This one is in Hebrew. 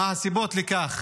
מה הסיבות לכך?